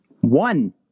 One